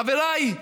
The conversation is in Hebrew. חבריי,